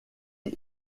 est